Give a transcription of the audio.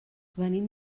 venim